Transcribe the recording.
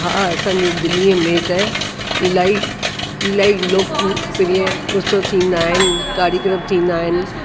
हा असांजी दिल्लीअ में त इलाही इलाही लोकप्रिय उत्सव थींदा आहिनि कार्यक्रम थींदा आहिनि